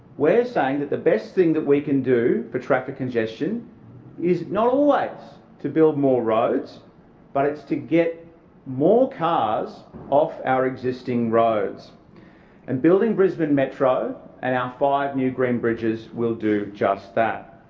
we're saying that the best thing that we can do for traffic congestion is not like always to build more roads but it's to get more cars off our existing roads and building brisbane metro and our five new green bridges will do just that.